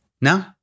No